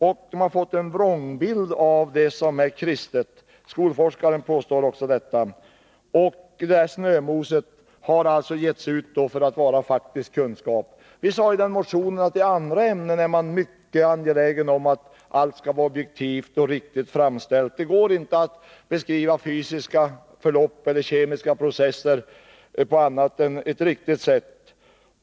Eleverna har fått en vrångbild av det som är kristet. Skolforskaren påstår också detta. Man har alltså gett sken av att shömoset är faktisk kunskap. Vi sade i motionen att man i andra ämnen är mycket angelägen om att allt skall vara objektivt och riktigt framställt. Det går inte att beskriva fysiska förlopp eller kemiska processer på annat än ett riktigt sätt.